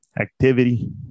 activity